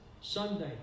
Sunday